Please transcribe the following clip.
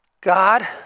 God